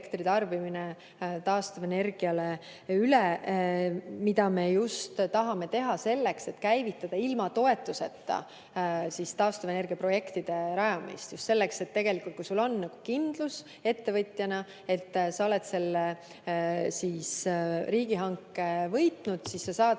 taastuvenergiale, mida me tahame teha selleks, et käivitada ilma toetuseta taastuvenergiaprojektide rajamist. Just selleks, et kui sul on kindlus ettevõtjana, et sa oled selle riigihanke võitnud, siis sa saad